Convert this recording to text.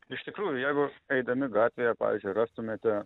iš tikrųjų jeigu eidami gatvėje pavyzdžiui rastumėte